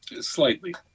Slightly